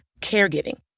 caregiving